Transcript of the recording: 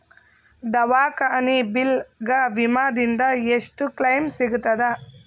ದವಾಖಾನಿ ಬಿಲ್ ಗ ವಿಮಾ ದಿಂದ ಎಷ್ಟು ಕ್ಲೈಮ್ ಸಿಗತದ?